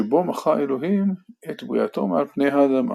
שבו מחה אלוהים את בריאתו מעל פני האדמה.